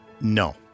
No